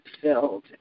filled